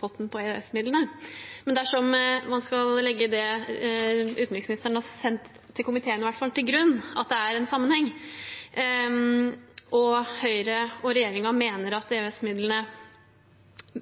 potten for EØS-midlene. Men dersom man skal legge til grunn det utenriksministeren har sendt til komiteen, at det er en sammenheng, og Høyre og regjeringen mener at EØS-midlene